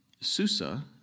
Susa